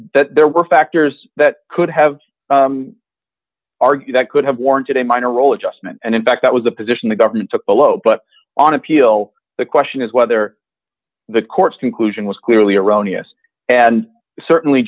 that there were factors that could have argued that could have warranted a minor role adjustment and in fact that was the position the government took below but on appeal the question is whether the court's conclusion was clearly erroneous and certainly